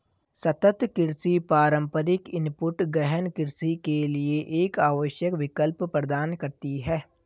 सतत कृषि पारंपरिक इनपुट गहन कृषि के लिए एक आवश्यक विकल्प प्रदान करती है